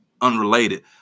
unrelated